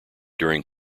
during